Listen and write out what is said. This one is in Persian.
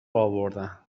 آوردن